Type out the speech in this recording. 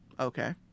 Okay